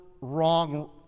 wrong